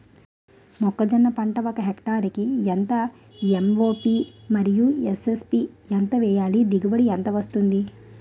మొక్కజొన్న పంట ఒక హెక్టార్ కి ఎంత ఎం.ఓ.పి మరియు ఎస్.ఎస్.పి ఎంత వేయాలి? దిగుబడి ఎంత వస్తుంది?